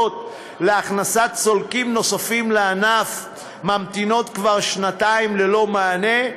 להכנסת סולקים נוספים לענף ממתינות כבר שנתיים ללא מענה,